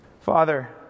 Father